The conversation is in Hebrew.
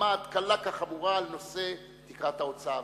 עמד קלה כחמורה על נושא תקרת ההוצאה,